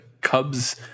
Cubs